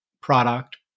product